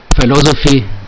philosophy